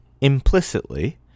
implicitly